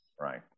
Right